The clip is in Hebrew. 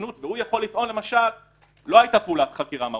להתיישנות והוא יכול לטעון שלא הייתה פעולת חקירה מהותית,